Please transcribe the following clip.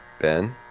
Ben